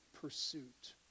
pursuit